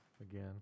again